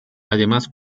además